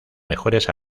mejores